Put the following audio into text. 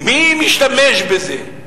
מי משתמש בזה?